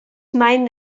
mein